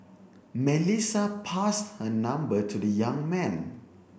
Melissa passed her number to the young man